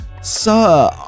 sir